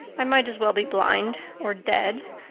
i might as well be blind or dead.